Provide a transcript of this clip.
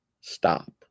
stop